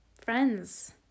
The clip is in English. friends